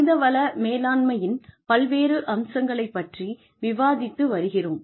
மனிதவள மேலாண்மையின் பல்வேறு அம்சங்களை பற்றி விவாதித்து வருகிறோம்